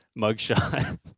mugshot